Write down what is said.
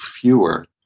fewer